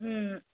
ওম